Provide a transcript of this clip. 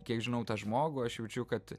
kiek žinau tą žmogų aš jaučiu kad